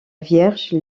vierge